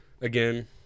Again